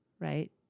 right